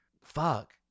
Fuck